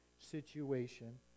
situation